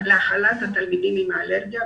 להכלת התלמידים עם האלרגיה,